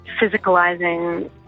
physicalizing